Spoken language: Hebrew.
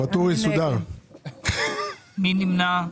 מי נמנע?